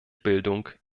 bildung